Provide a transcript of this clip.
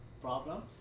problems